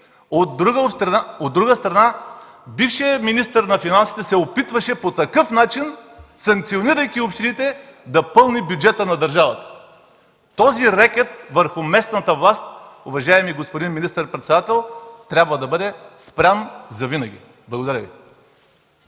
от друга страна, бившият министър на финансите се опитваше по такъв начин, санкционирайки общините, да пълни бюджета на държавата. Този рекет върху местната власт, уважаеми господин министър председател, трябва да бъде спрян завинаги. Благодаря Ви.